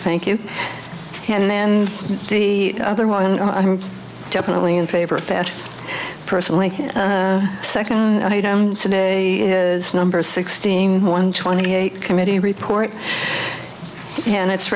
thank you and then the other one i'm definitely in favor of that personally second today is number sixteen one twenty eight committee report and it's